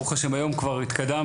ברוך ה' היום כבר התקדמנו,